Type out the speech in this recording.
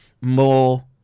more